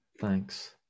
thanks